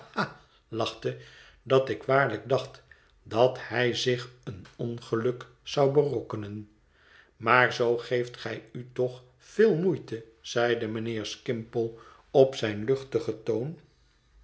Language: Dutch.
lachte dat ik waarlijk dacht dat hij zich een ongeluk zou berokkenen maar zoo geeft gij u toch veel moeite zeide mijnheer skimpole op zijn luchtigen toon